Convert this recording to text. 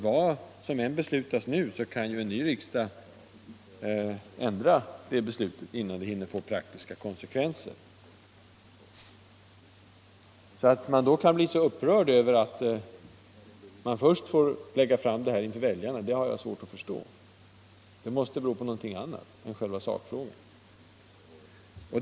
Vad som än beslutas nu, kan en ny riksdag ändra det beslutet innan det hinner få praktiska konsekvenser. Jag har alltså svårt att förstå att någon kan bli så upprörd över att förslaget först skall läggas fram för väljarna. Det måste bero på något annat än själva sakfrågan.